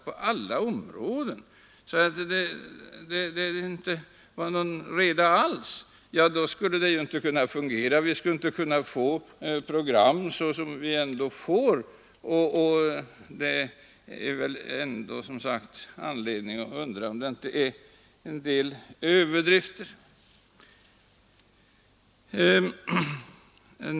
Men om det inte vore någon reda alls skulle det hela inte kunna fungera. Vi skulle inte kunna få några program, men det får vi ju ändå. Ni gör nog en hel del överdrifter.